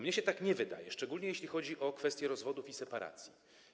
Mnie się tak nie wydaje, szczególnie jeśli chodzi o kwestię rozwodów i separacji.